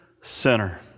sinner